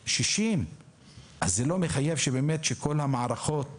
60. זה לא מחייב שכל המערכות